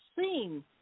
seen